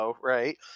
right